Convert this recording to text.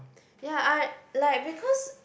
ya I like because